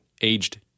aged